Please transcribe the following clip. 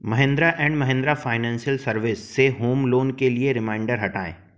Mahindra and Mahindra financial service से home loan के लिए रिमाइंडर हटायें